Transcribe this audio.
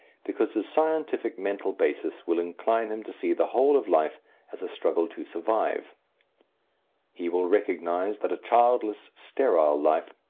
because his scientific mental basis will incline him to see the whole of life as a struggle to survive he will recognize that a childless, sterile life,